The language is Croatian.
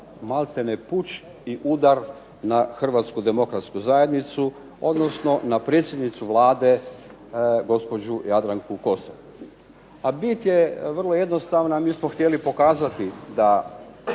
maltene puč i udar na Hrvatsku demokratsku zajednicu, odnosno na predsjednicu Vlade gospođu Jadranku Kosor. A bit je vrlo jednostavna. Mi smo htjeli pokazati da